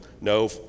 no